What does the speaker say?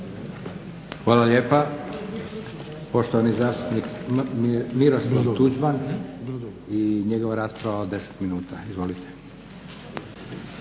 Hvala lijepa. Poštovani zastupnik Miroslav Tuđman i njegova rasprava od 10 minuta. **Tuđman,